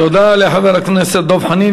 תודה לחבר הכנסת דב חנין.